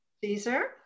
caesar